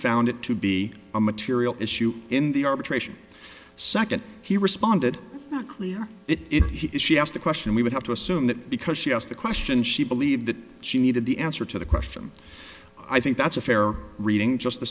found it to be a material issue in the arbitration second here responded not clear if he she asked the question we would have to assume that because she asked the question she believed that she needed the answer to the question i think that's a fair reading just the